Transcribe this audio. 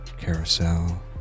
carousel